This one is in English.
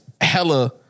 hella